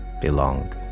belong